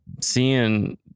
seeing